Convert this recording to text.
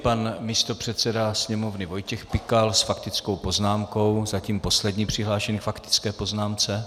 Pan místopředseda Sněmovny Vojtěch Pikal s faktickou poznámkou, zatím poslední přihlášený k faktické poznámce.